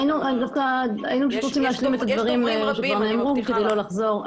היינו רוצים להשלים את הדברים שכבר נאמרו כדי לא לחזור.